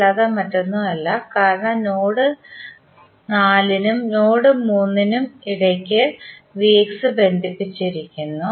അല്ലാതെ മറ്റൊന്നുമല്ല കാരണം നോഡ് 4 നും നോഡ് 3 കും ഇടയിൽ ബന്ധിപ്പിച്ചിരിക്കുന്നു